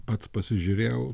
pats pasižiūrėjau